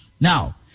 Now